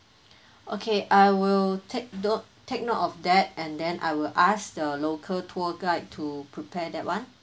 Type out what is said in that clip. okay I will take note take note of that and then I will ask the local tour guide to prepare that one